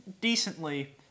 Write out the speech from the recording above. decently